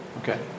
Okay